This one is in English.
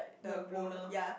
the owner